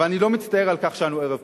אבל אני לא מצטער על כך שאנו ערב בחירות.